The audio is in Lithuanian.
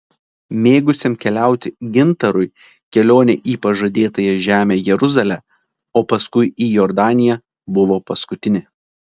mėgusiam keliauti gintarui kelionė į pažadėtąją žemę jeruzalę o paskui į jordaniją buvo paskutinė